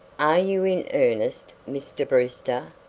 are you in earnest, mr. brewster?